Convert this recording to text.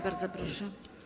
Bardzo proszę.